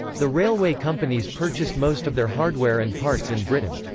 the railway companies purchased most of their hardware and parts in britain.